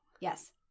Yes